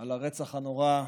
על הרצח הנורא,